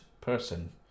person